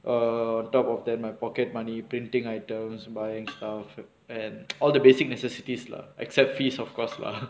err on top of that my pocket money printing items buying stuff and all the basic necessities lah except fees of course lah